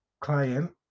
client